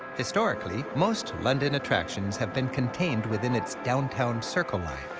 historically most london attractions have been contained within its downtown circle line.